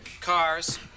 Cars